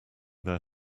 their